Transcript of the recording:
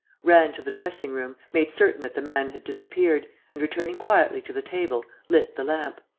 ran to the dressing-room, made certain that the man had disappeared and, returning quietly to the table, lit the lamp.